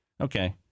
Okay